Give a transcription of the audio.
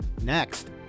next